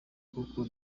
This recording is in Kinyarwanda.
kuko